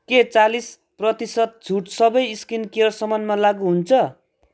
के चालिस प्रतिशत छुट सबै स्किन केयर सामानमा लागू हुन्छ